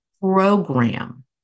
program